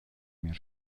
mehr